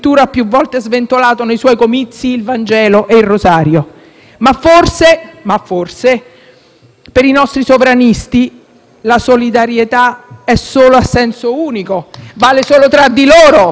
per i nostri sovranisti, la solidarietà è solo a senso unico, vale solo tra di loro, bianchi, cattolici, meglio se sposati e certamente eterosessuali.